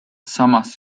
samas